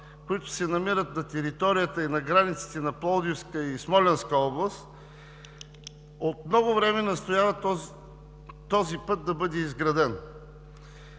които се намират на територията и на границите на Пловдивска и Смолянска област, от много време настояват този път да бъде изграден.